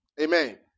amen